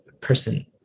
person